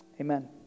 amen